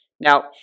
Now